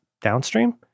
downstream